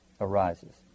arises